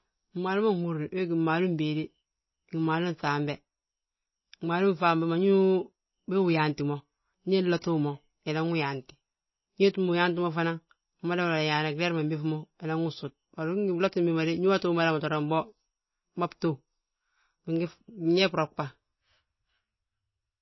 Gmaalu ma nhúrni we gí maalu béede, gi maamu ŧambe, gmaalu ŧambe ndu ndi wee wi yaanti mo, ndi nloti wi mo, inan wi yaanti. Ndi uwéeti mo wi yaanti mo fana, umadawi yaale gileer ma ɓéŧ mo, inan wi sud, walla wi gí ngi blotin bi ma de. Ndi woo tu madama mo de mbon, mma btów, fyee bi roɓa.